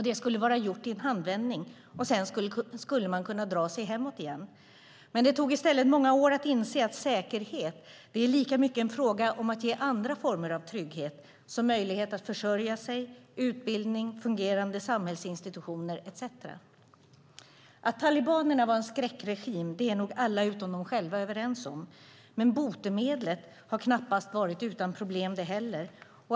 Det skulle vara gjort i en handvändning, och sedan skulle man kunna dra sig hemåt igen. Det tog i stället många år att inse att säkerhet är lika mycket en fråga om att ge andra former av trygghet, som möjlighet att försörja sig, utbildning, fungerande samhällsinstitutioner etcetera. Att talibanerna ledde en skräckregim är nog alla utom de själva överens om, men botemedlet har knappast varit utan problem det heller.